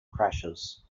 crashes